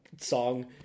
song